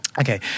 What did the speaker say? Okay